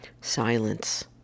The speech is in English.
silence